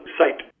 site